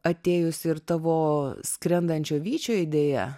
atėjusi ir tavo skrendančio vyčio idėja